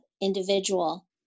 individual